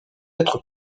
être